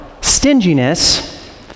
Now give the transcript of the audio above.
stinginess